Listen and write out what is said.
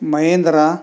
Mahindra